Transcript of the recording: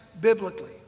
biblically